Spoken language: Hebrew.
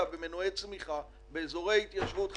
במנועי צמיחה באזורי התיישבות חשובים,